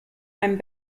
einem